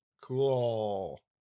Cool